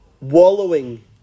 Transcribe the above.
wallowing